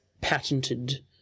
patented